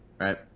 right